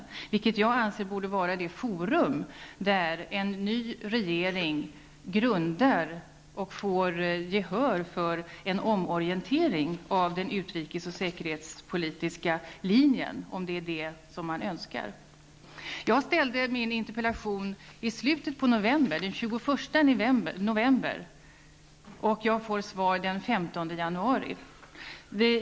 Jag anser att riksdagen borde vara det forum där en ny regering lägger grunden för och får gehör för en omorientering av den utrikes och säkerhetspolitiska linjen, om det är vad den önskar. Jag ställde min interpellation i slutet av november, den 21 november, och jag får svar den 15 januari.